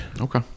Okay